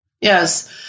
Yes